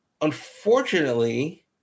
unfortunately